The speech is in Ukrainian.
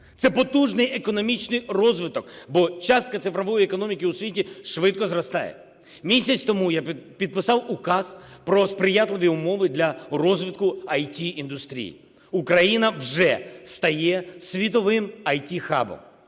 це потужний економічний розвиток, бо частка цифрової економіки у світі швидко зростає. Місяць тому я підписав указ про сприятливі умови для розвитку ІТ-індустрії. Україна вже стає світовим ІТ-хабом.